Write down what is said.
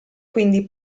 quindi